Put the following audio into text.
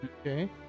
Okay